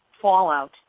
fallout